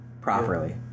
properly